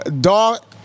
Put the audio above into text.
Dog